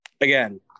again